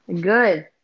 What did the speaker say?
Good